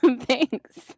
Thanks